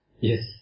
Yes